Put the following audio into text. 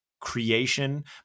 Creation